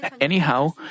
Anyhow